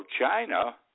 China